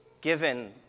given